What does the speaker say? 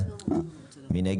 אבל הוא יישום של אותם עקרונות שהוצגו